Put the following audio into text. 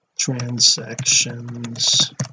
transactions